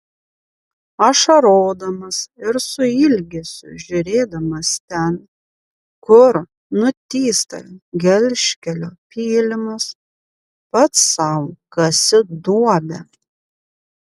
ašarodamas ir su ilgesiu žiūrėdamas ten kur nutįsta gelžkelio pylimas pats sau kasi duobę